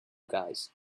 guys